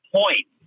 point